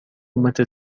متى